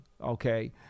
Okay